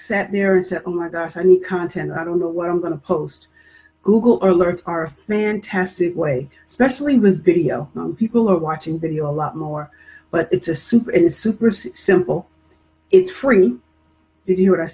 sat there and said oh my gosh i need content i don't know what i'm going to post google or learns are a fantastic way especially with video people are watching video a lot more but it's a super super simple it's free if you w